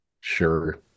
sure